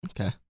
Okay